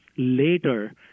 later